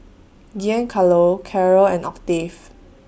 Giancarlo Caryl and Octave